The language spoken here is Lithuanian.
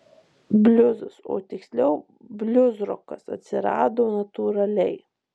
bliuzas o tiksliau bliuzrokas atsirado natūraliai